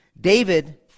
david